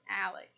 Alex